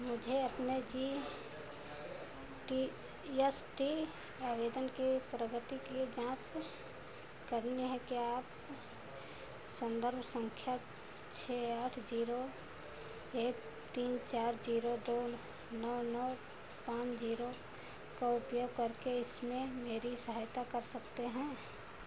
मुझे अपने G T S T आवेदन की प्रगति की जांच करनी है क्या आप संदर्भ संख्या छः आठ जीरो एक तीन चार जीरो दो नौ नौ पाँच जीरो का उपयोग करके इसमें मेरी सहायता कर सकते हैं